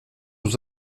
aux